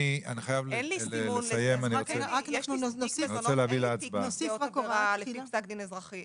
אין לי תיק נפגעות עבירה לפי פסק דין אזרחי.